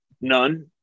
None